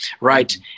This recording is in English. right